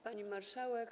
Pani Marszałek!